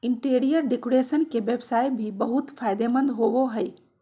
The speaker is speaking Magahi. इंटीरियर डेकोरेशन के व्यवसाय भी बहुत फायदेमंद होबो हइ